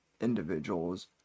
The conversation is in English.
individuals